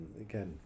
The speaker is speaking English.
again